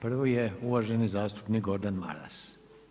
Prvi je uvaženi zastupnik Gordan Maras.